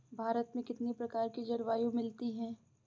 भारत में कितनी प्रकार की जलवायु मिलती है?